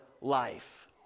life